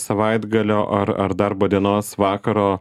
savaitgalio ar ar darbo dienos vakaro